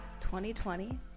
2020